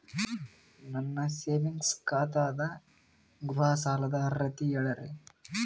ನನ್ನ ಸೇವಿಂಗ್ಸ್ ಖಾತಾ ಅದ, ಗೃಹ ಸಾಲದ ಅರ್ಹತಿ ಹೇಳರಿ?